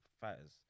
fighters